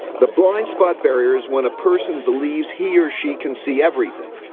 the blind spot barrier is when a person believes he or she can see everything.